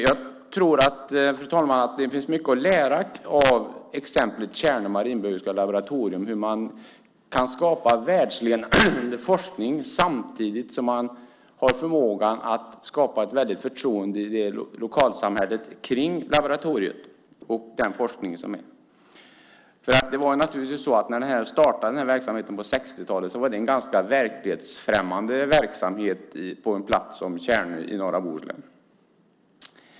Jag tror att det finns mycket att lära av exemplet Tjärnö marinbiologiska laboratorium när det gäller hur man kan skapa världsledande forskning samtidigt som man har förmågan att skapa ett stort förtroende i lokalsamhället för laboratoriet och den forskning som sker där. När den här verksamheten startade på 60-talet var det en ganska verklighetsfrämmande verksamhet på en plats som Tjärnö i norra Bohuslän.